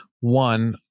one